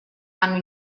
hanno